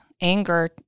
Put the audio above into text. anger